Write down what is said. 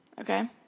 okay